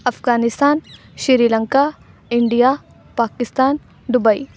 Afghanistan Sri Lanka India Pakistan Dubai